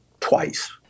twice